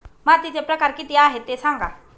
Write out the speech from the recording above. मातीचे प्रकार किती आहे ते सांगा